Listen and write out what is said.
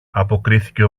αποκρίθηκε